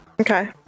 Okay